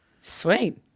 Sweet